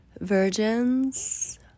virgins